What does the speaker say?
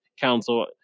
council